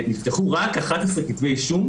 נפתחו רק 11 כתבי אישום,